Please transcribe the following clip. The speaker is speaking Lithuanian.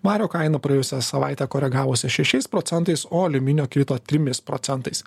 vario kaina praėjusią savaitę koregavosi šešiais procentais o aliuminio krito trimis procentais